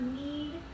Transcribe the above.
need